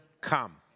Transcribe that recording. come